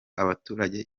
abaturage